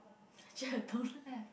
actually I don't have